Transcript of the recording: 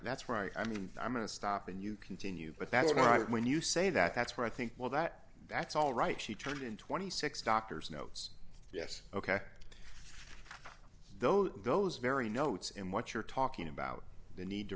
that's right i mean i'm going to stop and you continue but that's all right when you say that that's what i think well that that's all right she turned in twenty six doctors notes yes ok those those very notes in what you're talking about the need to